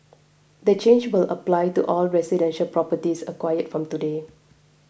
the change will apply to all residential properties acquired from today